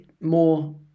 more